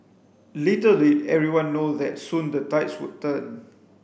little did everyone know that soon the tides would turn